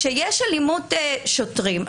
יש אלימות של שוטרים,